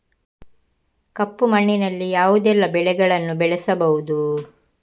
ಕಪ್ಪು ಮಣ್ಣಿನಲ್ಲಿ ಯಾವುದೆಲ್ಲ ಬೆಳೆಗಳನ್ನು ಬೆಳೆಸಬಹುದು?